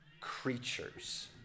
creatures